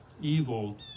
evil